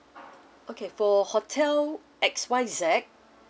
okay for hotel X Y Z